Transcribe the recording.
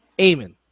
Amen